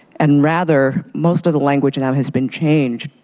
and rather most of the language now has been changed